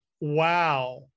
Wow